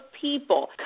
people